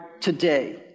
today